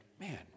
man